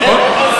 נכון.